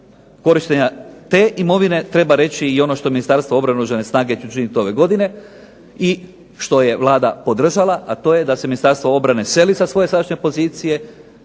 korištenja te imovine treba reći i ono što Ministarstvo obrane i Oružane snage će učinit ove godine i što je Vlada podržala, a to je da se Ministarstvo obrane seli sa svoje sadašnje pozicije